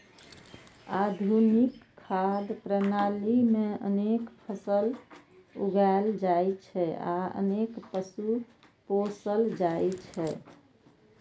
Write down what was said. आधुनिक खाद्य प्रणाली मे अनेक फसल उगायल जाइ छै आ अनेक पशु पोसल जाइ छै